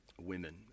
women